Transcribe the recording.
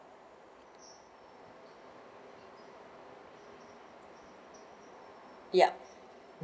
yup